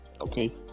Okay